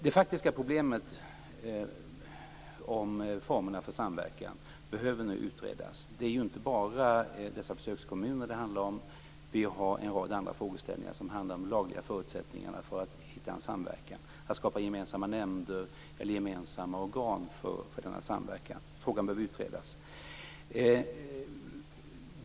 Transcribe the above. Det faktiska problemet med formerna för samverkan behöver nu utredas. Det är inte bara dessa försökskommuner som det handlar om, utan vi har en rad andra frågeställningar som handlar om de lagliga förutsättningarna att hitta en samverkan, att skapa gemensamma nämnder eller gemensamma organ för denna samverkan. Frågan behöver utredas.